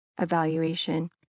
evaluation